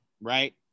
right